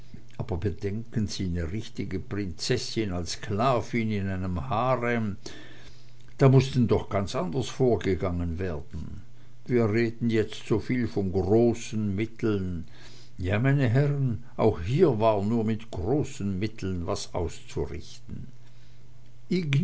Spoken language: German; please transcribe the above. aber bedenken sie ne richtige prinzessin als sklavin in einem harem da muß denn doch ganz anders vorgegangen werden wir reden jetzt soviel von großen mitteln ja meine herren auch hier war nur mit großen mitteln was auszurichten